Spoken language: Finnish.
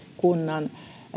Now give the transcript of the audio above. kunnan